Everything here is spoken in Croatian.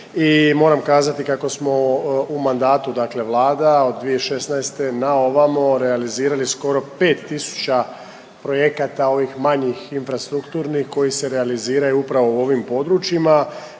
moram kazati kako smo u mandatu, dakle Vlada od 2016. na ovamo realizirali skoro 5000 projekata ovih manjih infrastrukturnih koji se realiziraju upravo u ovim područjima